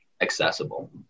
accessible